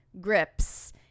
grips